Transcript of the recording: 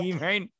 right